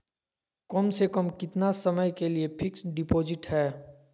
कम से कम कितना समय के लिए फिक्स डिपोजिट है?